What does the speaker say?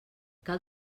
cal